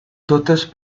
totes